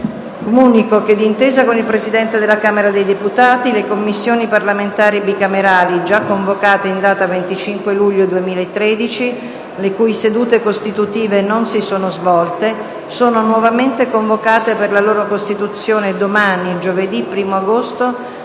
Comunico che, d'intesa con il Presidente della Camera dei deputati, le Commissioni parlamentari bicamerali già convocate in data 25 luglio 2013 - le cui sedute costitutive non si sono svolte - sono nuovamente convocate, per la loro costituzione, domani, giovedì 1° agosto,